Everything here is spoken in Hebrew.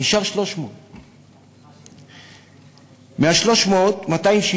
נשאר 300. מה-300, 270